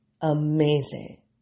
amazing